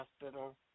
Hospital